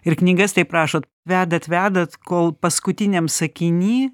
ir knygas taip rašot vedat vedat kol paskutiniam sakiny